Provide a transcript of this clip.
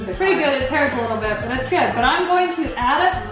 but pretty good, it tears a little bit. but, it's good and i'm going to add it